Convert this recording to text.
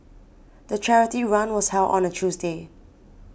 the charity run was held on a Tuesday